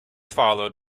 followed